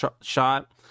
shot